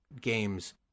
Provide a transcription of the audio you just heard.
games